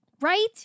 Right